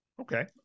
Okay